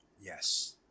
Yes